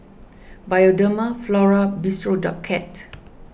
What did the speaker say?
Bioderma Flora Bistro Cat